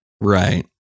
right